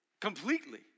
completely